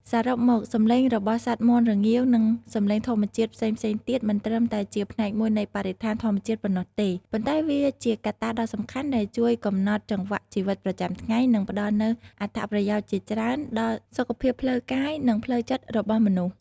សរុបមក សំឡេងរបស់សត្វមាន់រងាវ និងសំឡេងធម្មជាតិផ្សេងៗទៀត មិនត្រឹមតែជាផ្នែកមួយនៃបរិស្ថានធម្មជាតិប៉ុណ្ណោះទេ ប៉ុន្តែវាជាកត្តាដ៏សំខាន់ដែលជួយកំណត់ចង្វាក់ជីវិតប្រចាំថ្ងៃ និងផ្តល់នូវអត្ថប្រយោជន៍ជាច្រើនដល់សុខភាពផ្លូវកាយ និងផ្លូវចិត្តរបស់មនុស្ស។